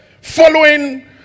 following